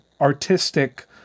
artistic